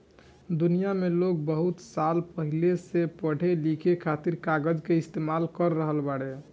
दुनिया में लोग बहुत साल पहिले से पढ़े लिखे खातिर कागज के इस्तेमाल कर रहल बाड़े